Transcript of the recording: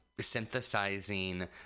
synthesizing